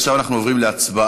עכשיו אנחנו עוברים להצבעה,